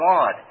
God